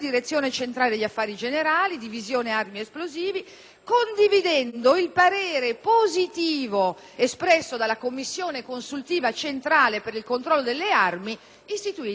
condividendo il parere positivo espresso dalla commissione consultiva centrale per il controllo delle armi, istituita ai sensi dell'articolo 6 della legge n.